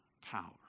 Power